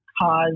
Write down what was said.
cause